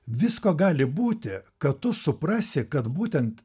visko gali būti kad tu suprasi kad būtent